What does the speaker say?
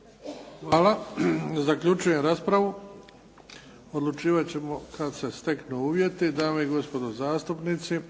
Hvala. Zaključujem raspravu. Odlučivat ćemo kad se steknu uvjeti. Dame i gospodo zastupnici,